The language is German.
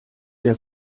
der